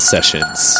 Sessions